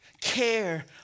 Care